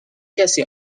کسی